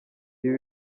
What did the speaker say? ibi